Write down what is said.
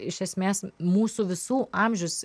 iš esmės mūsų visų amžius